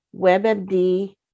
WebMD